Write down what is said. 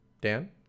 dan